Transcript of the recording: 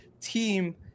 team